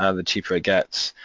ah the cheaper it gets,